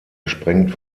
gesprengt